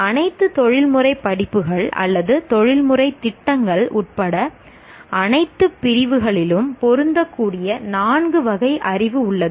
அனைத்து தொழில்முறை படிப்புகள் தொழில்முறை திட்டங்கள் உட்பட அனைத்து பிரிவுகளிலும் பொருந்தக்கூடிய நான்கு வகை அறிவு உள்ளது